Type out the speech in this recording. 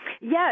yes